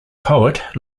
poet